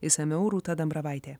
išsamiau rūta dambravaitė